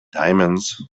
diamonds